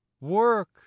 Work